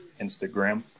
Instagram